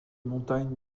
montagnes